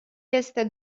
este